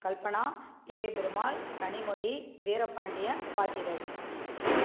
Kalpana Ilayaperumal Kanimozhi Veerapandian Bhagyaraj